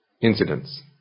incidents